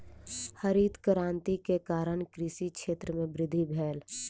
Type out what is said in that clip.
हरित क्रांति के कारण कृषि क्षेत्र में वृद्धि भेल